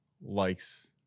likes